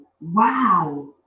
Wow